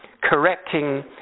correcting